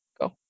Go